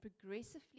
progressively